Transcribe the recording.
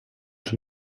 els